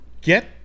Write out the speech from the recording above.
get